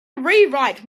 rewrite